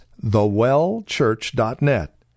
thewellchurch.net